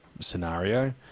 scenario